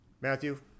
Matthew